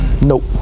nope